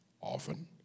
often